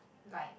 like